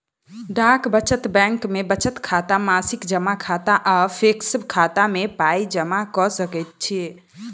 डाक बचत बैंक मे बचत खाता, मासिक जमा खाता आ फिक्स खाता मे पाइ जमा क सकैत छी